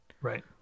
Right